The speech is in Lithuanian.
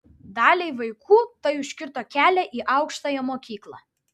daliai vaikų tai užkirto kelią į aukštąją mokyklą